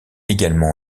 également